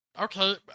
Okay